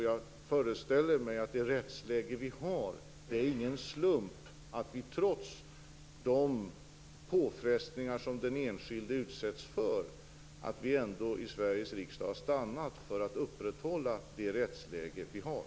Jag föreställer mig att det inte är någon slump att vi, trots de påfrestningar som den enskilde utsätts för, i Sveriges riksdag har stannat för att upprätthålla det rättsläge som vi har.